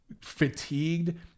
fatigued